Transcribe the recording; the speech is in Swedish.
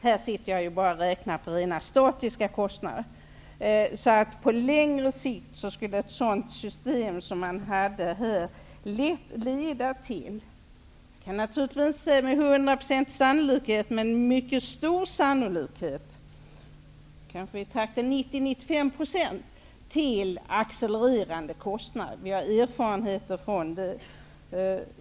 Här sker beräkningarna enbart på statiska kostnader. På längre sikt skulle ett sådant system lätt leda till -- jag kan naturligtvis inte säga med hundraprocentig sannolikhet, men till 90-- 95 %-- accelererande kostnader. Det finns erfarenheter av sådant.